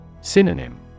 Synonym